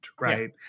right